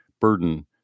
burden